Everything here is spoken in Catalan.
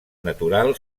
natural